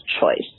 choice